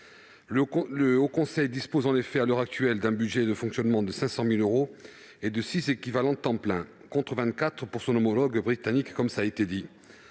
Le Haut Conseil dispose, à l'heure actuelle, d'un budget de fonctionnement de 500 000 euros et de 6 équivalents temps plein, contre 24 pour son homologue britannique, comme cela a été dit.